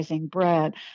bread